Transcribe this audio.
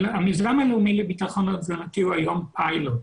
המיזם הלאומי לביטחון תזונתי הוא היום פיילוט.